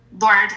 lord